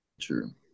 true